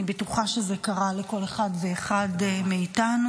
אני בטוחה שזה קרה לכל אחד ואחד מאיתנו.